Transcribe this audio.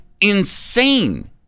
insane